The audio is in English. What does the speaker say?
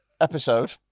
episode